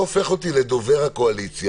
לא הופך אותי לדובר הקואליציה,